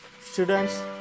Students